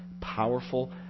powerful